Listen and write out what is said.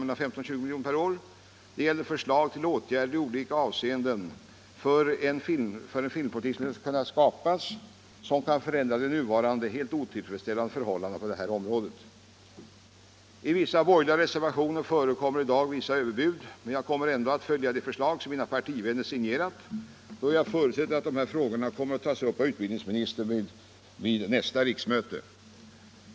Det gällde förslag till åtgärder i olika avseenden för att en filmpolitik skulle skapas som kan förändra de nuvarande helt otillfredsställande förhållandena på detta område. I vissa borgerliga reservationer förekommer i dag en del överbud men jag kommer ändå att följa de förslag som mina partivänner signerat då jag förutsätter att dessa frågor kommer att tas upp av utbildningsministern vid nästa riksmöte.